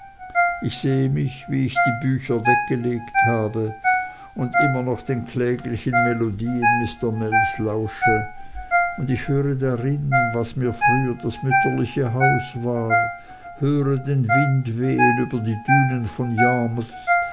ich sehe mich wie ich die bücher weggelegt habe und immer noch den kläglichen melodien mr mells lausche und ich höre darin was mir früher das mütterliche haus war höre den wind wehen über die dünen von